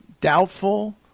doubtful